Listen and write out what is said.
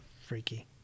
freaky